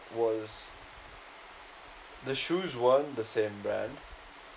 was the shoes weren't the same brand